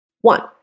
One